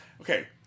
okay